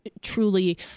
truly